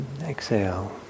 Exhale